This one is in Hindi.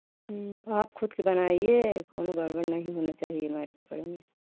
आप खुद से बनाइये कौनो गड़बड़ नहीं होना चाहिये हमारे कपड़े में